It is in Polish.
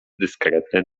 dyskretny